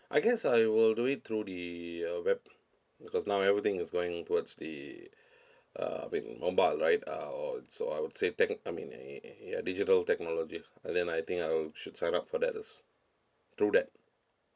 I guess I will do it through the uh web because now everything is going towards the uh with mobile right uh I'll so I would say tech~ I mean y~ ya digital technology and then I think I'll should sign up for that a~ through that